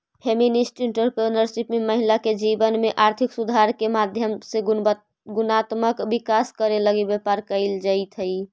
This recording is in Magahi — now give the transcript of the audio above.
फेमिनिस्ट एंटरप्रेन्योरशिप में महिला के जीवन में आर्थिक सुधार के माध्यम से गुणात्मक विकास करे लगी व्यापार कईल जईत हई